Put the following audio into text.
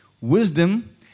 wisdom